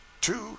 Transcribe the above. two